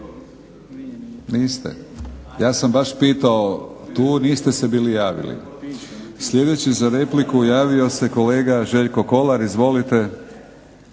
Niste, ja sam baš pitao tu, niste se bili javili. Sljedeći za repliku javio se kolega Željko Kolar. Izvolite.